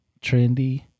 trendy